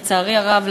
לצערי הרב,